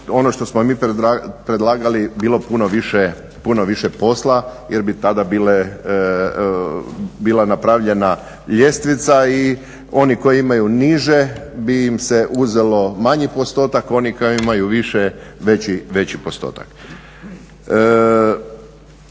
ono što smo mi predlagali bilo puno više posla, jer bi tada bila napravljena ljestvica i oni koji imaju niže bi im se uzelo manji postotak. Oni koji imaju više veći postotak.